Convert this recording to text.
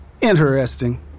Interesting